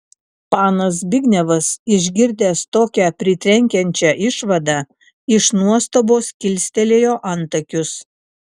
panas zbignevas išgirdęs tokią pritrenkiančią išvadą iš nuostabos kilstelėjo antakius